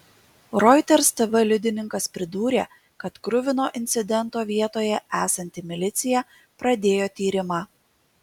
reuters tv liudininkas pridūrė kad kruvino incidento vietoje esanti milicija pradėjo tyrimą